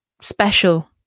special